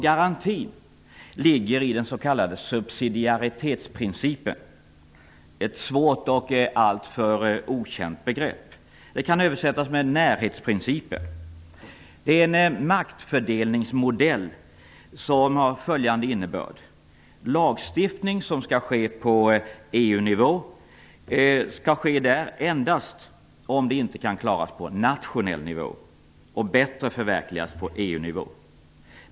Garantin ligger i den s.k. subsidiaritetsprincipen - ett svårt och alltför okänt begrepp som kan översättas med närhetsprincipen. Det är en maktfördelningsmodell som har följande innebörd: Lagstiftning som skall ske på EU-nivå skall ske där endast om det inte kan klaras på nationell nivå och bättre förverkligas på EU-nivå.